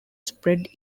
spread